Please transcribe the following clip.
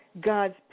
God's